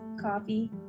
coffee